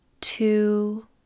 two